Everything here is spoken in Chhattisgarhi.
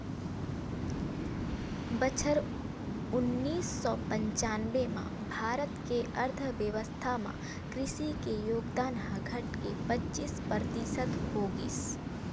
बछर उन्नीस सौ पंचानबे म भारत के अर्थबेवस्था म कृषि के योगदान ह घटके पचीस परतिसत हो गिस